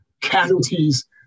casualties